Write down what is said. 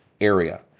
area